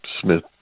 Smith